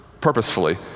purposefully